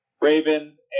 Ravens